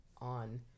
on